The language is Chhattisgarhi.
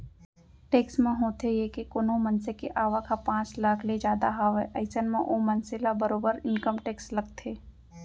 टेक्स म होथे ये के कोनो मनसे के आवक ह पांच लाख ले जादा हावय अइसन म ओ मनसे ल बरोबर इनकम टेक्स लगथे